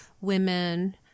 women